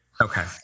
Okay